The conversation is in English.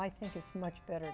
i think it's much better